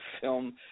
Film